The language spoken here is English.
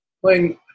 Playing